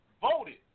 voted